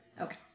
Okay